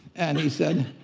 and he said,